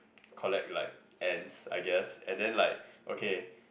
collect like ants I guess and then like okay